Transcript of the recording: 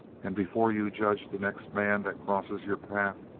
and before you judge the next man that crosses your path,